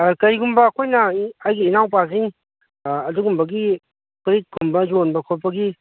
ꯀꯔꯤꯒꯨꯝꯕ ꯑꯩꯈꯣꯏꯅ ꯑꯩꯒꯤ ꯏꯅꯥꯎꯄꯥꯁꯤꯡ ꯑꯗꯨꯒꯨꯝꯕꯒꯤ ꯐꯨꯔꯤꯠꯀꯨꯝꯕ ꯌꯣꯟꯕ ꯈꯣꯠꯄꯒꯤ